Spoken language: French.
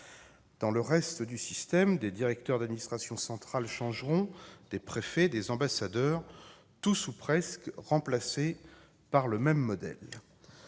Dans le reste du système, des directeurs d'administration centrale changeront, des préfets, des ambassadeurs. Tous, ou presque, seront remplacés par le même modèle.